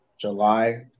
July